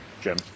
Jim